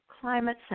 climate